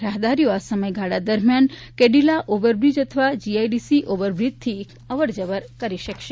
રાહદારીઓ આ સમયગાળા દરમિયાન કેડિલા ઓવરબ્રીજ અથવા જીઆઈડીસી ઓવરબ્રીજથી આવરજવર કરી શકશે